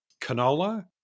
canola